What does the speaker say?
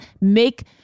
make